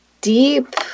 deep